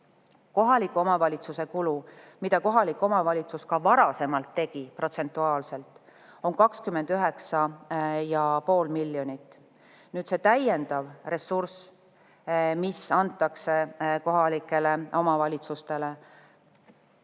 Kohaliku omavalitsuse kulu, mida kohalik omavalitsus protsentuaalselt ka varasemalt tegi, on 29,5 miljonit. Nüüd, see täiendav ressurss, mis antakse kohalikele omavalitsustele,